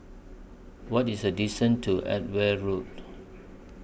What IS The distance to Edgware Road